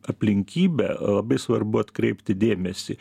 aplinkybę labai svarbu atkreipti dėmesį